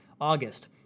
August